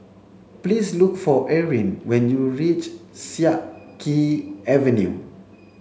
please look for Eryn when you reach Siak Kew Avenue